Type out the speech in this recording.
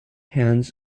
hands